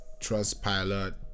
Trustpilot